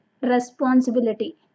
responsibility